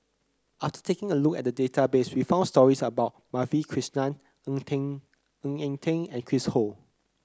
after taking a look at the database we found stories about Madhavi Krishnan Ng Teng Eng Ng Eng Teng and Chris Ho